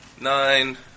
Nine